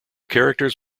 characters